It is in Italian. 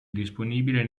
disponibile